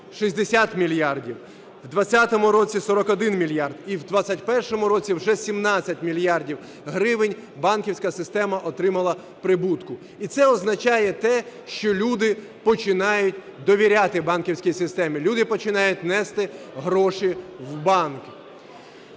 60 мільярдів, в 20-му році – 41 мільярд і в 21-му році вже 17 мільярдів гривень банківська система отримала прибутку. І це означає те, що люди починають довіряти банківській системі, люди починають нести гроші в банки.